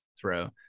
throw